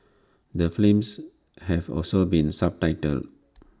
the films have also been subtitled